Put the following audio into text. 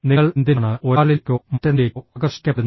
നിങ്ങൾ എന്തിനാണ് ഒരാളിലേക്കോ മറ്റെന്തിലേക്കോ ആകർഷിക്കപ്പെടുന്നത്